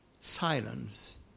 Silence